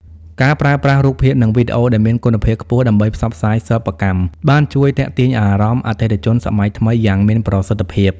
ការប្រើប្រាស់រូបភាព និងវីដេអូដែលមានគុណភាពខ្ពស់ដើម្បីផ្សព្វផ្សាយសិប្បកម្ម បានជួយទាក់ទាញអារម្មណ៍អតិថិជនសម័យថ្មីយ៉ាងមានប្រសិទ្ធភាព។